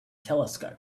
telescope